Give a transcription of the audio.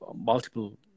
multiple